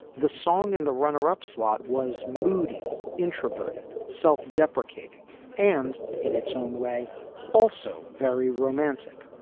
the song and the runner up slot was moody introverted self-deprecating and in its own way also very romantic.